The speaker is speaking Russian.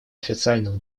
официального